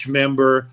member